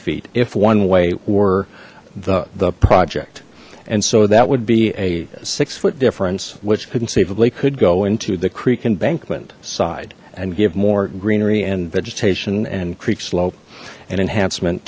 feet if one way were the the project and so that would be a six foot difference which conceivably could go into the creek embankment side and give more greenery and vegetation and creek slope and enhancement